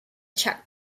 chuck